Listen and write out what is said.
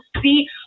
see